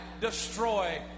destroy